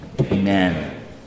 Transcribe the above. Amen